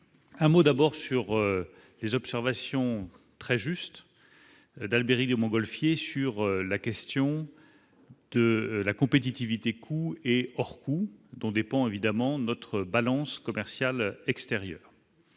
un mot d'abord sur les observations très juste d'Albéric de Montgolfier, sur la question de la compétitivité coût et hors coûts dont dépend évidemment notre balance commerciale extérieure.